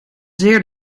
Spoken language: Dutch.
zeer